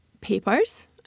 papers